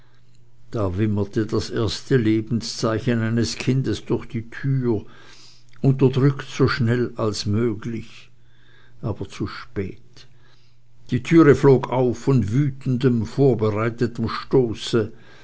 da wimmerte das erste lebenszeichen eines kindes durch die türe unterdrückt so schnell als möglich aber zu spät die türe flog auf von wütendem vorbereiteten stoße